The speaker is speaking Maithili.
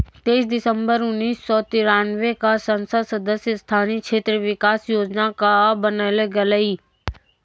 तेइस दिसम्बर उन्नीस सौ तिरानवे क संसद सदस्य स्थानीय क्षेत्र विकास योजना कअ बनैलो गेलैय